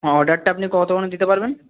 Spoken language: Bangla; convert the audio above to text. অর্ডারটা আপনি কতক্ষণে দিতে পারবেন